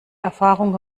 erfahrung